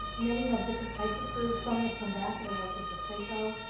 many have different types of careers, some have come back and are working for sseko,